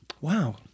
Wow